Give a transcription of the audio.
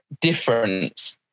difference